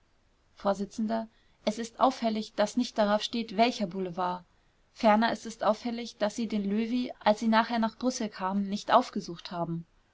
vors es ist auffällig daß nicht darauf steht welcher boulevard ferner ist es auffällig daß sie den löwy als sie nachher nach brüssel kamen nicht aufgesucht haben